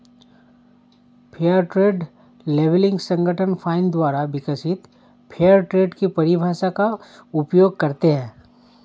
fair trade labelling संगठन FINE द्वारा विकसित फेयर ट्रेड की परिभाषा का उपयोग करते हैं